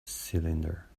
cylinder